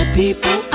people